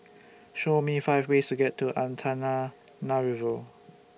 Show Me five ways to get to Antananarivo